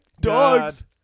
dogs